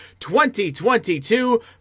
2022